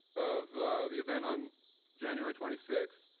of the event on january twenty six,